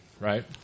right